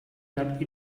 that